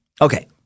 Okay